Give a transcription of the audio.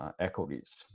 equities